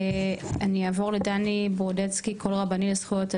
אני אעבור לדני ברודסקי כל רבנים לזכויות אדם,